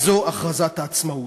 וזו הכרזת העצמאות.